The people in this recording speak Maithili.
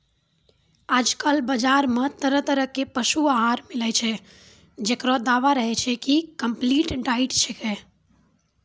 आजकल बाजार मॅ तरह तरह के पशु आहार मिलै छै, जेकरो दावा रहै छै कि कम्पलीट डाइट छेकै